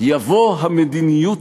יבוא "המדיניות